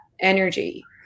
energy